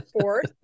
Fourth